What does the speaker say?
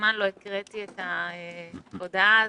מזמן לא הקראתי את ההודעה הזו,